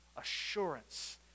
assurance